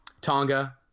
Tonga